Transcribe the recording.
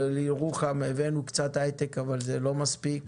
לירוחם הבאנו קצת היי-טק אבל זה לא מספיק.